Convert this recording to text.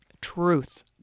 Truth